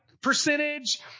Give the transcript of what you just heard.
percentage